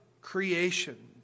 creation